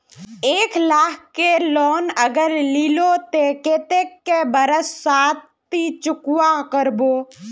एक लाख केर लोन अगर लिलो ते कतेक कै बरश सोत ती चुकता करबो?